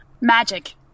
Magic